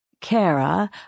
Kara